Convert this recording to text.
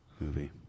movie